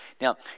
Now